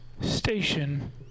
station